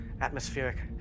atmospheric